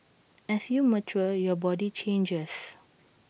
as you mature your body changes